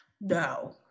No